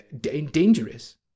dangerous